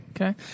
Okay